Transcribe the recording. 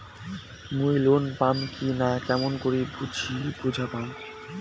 মুই লোন পাম কি না কেমন করি বুঝা পাম?